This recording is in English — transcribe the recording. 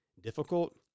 difficult